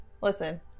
Listen